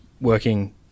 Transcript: working